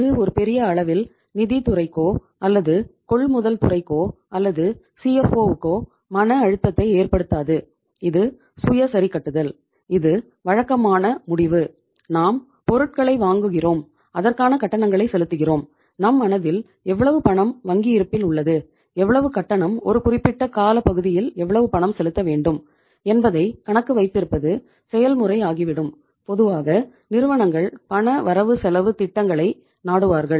இது ஒரு பெரிய அளவில் நிதி துறைக்கோ அல்லது கொள்முதல் துறைக்கோ அல்லது சிஎப்ஓவுக்கோ திட்டங்களை நாடுவார்கள்